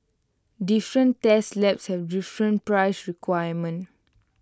different test labs have different price requirements